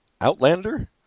outlander